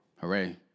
hooray